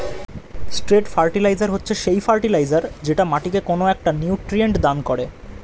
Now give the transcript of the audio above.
straight fertiliser হচ্ছে সেই fertiliser যেটা মাটিকে কোনো একটা নিউট্রিয়েন্ট দান করে